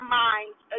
minds